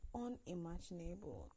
unimaginable